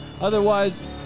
Otherwise